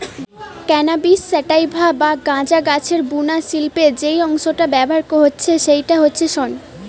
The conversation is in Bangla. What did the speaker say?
ক্যানাবিস স্যাটাইভা বা গাঁজা গাছের বুনা শিল্পে যেই অংশটা ব্যাভার হচ্ছে সেইটা হচ্ছে শন